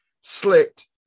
Slipped